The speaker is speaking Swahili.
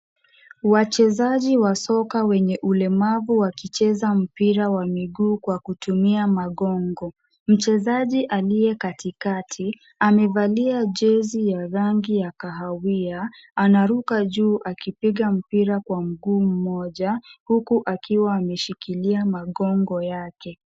Wachezaji wa soka wenye ulemavu wakicheza mpira wa miguu kwa kutumia magongo. Mchezaji aliye katikati, amevalia jezi ya rangi ya kahawia, anaruka juu akipiga mpira kwa mguu mmoja huku akiwa ameshikilia magongo yake.